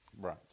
Right